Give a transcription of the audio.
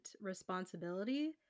responsibility